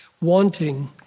wanting